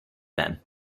them